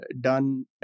done